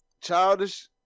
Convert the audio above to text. childish